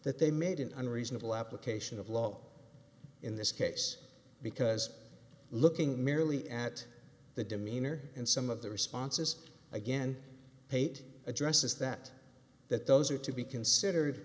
that they made an unreasonable application of law in this case because looking merely at the demeanor and some of the responses again paid addresses that that those are to be considered